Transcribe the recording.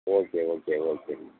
okay okay ஓகேங்க